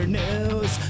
news